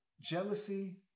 jealousy